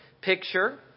picture